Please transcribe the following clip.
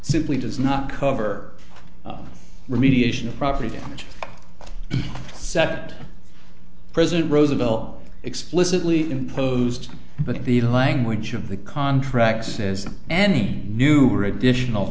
simply does not cover remediation of property damage set president roosevelt explicitly imposed but the language of the contract says any new or additional